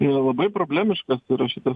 labai problemiškas yra šitas